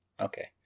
Okay